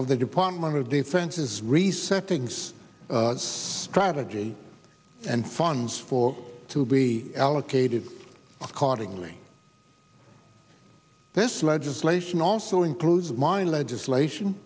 of the department of defense's reset things strategy and funds for to be allocated accordingly this legislation also includes mine legislation